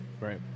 Right